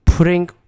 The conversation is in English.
Putting